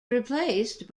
replaced